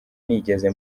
nigeze